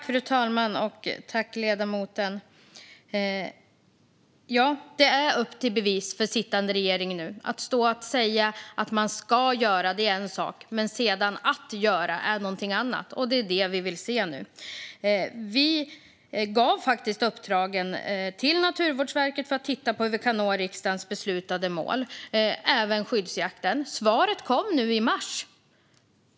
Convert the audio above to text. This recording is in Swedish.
Fru talman! Det är upp till bevis för sittande regering nu. Att stå och säga att man ska göra något är en sak. Men att sedan göra något är någonting annat. Det är det vi vill se nu. Vi gav faktiskt uppdrag till Naturvårdsverket att titta på hur riksdagens beslutade mål kan nås, även när det gäller skyddsjakten.